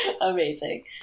Amazing